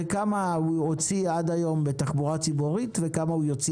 היא כמה הוא הוציא עד היום לתחבורה ציבורית וכמה הוא יוציא